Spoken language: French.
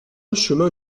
chemin